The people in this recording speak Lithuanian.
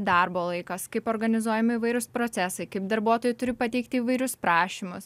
darbo laikas kaip organizuojami įvairūs procesai kaip darbuotojai turi pateikti įvairius prašymus